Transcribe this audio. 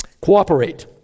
Cooperate